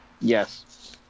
Yes